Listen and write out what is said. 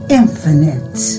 infinite